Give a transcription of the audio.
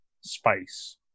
space